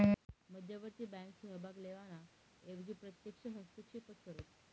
मध्यवर्ती बँक सहभाग लेवाना एवजी प्रत्यक्ष हस्तक्षेपच करस